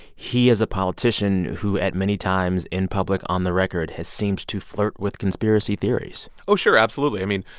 he is a politician who, at many times, in public, on the record, has seemed to flirt with conspiracy theories oh, sure. absolutely. i mean,